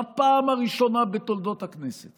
בפעם הראשונה בתולדות הכנסת